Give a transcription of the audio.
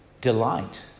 delight